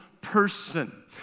person